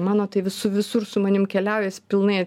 mano tai visų visur su manim keliauja jis pilnai